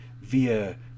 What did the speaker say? via